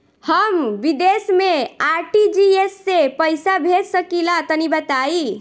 हम विदेस मे आर.टी.जी.एस से पईसा भेज सकिला तनि बताई?